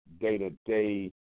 day-to-day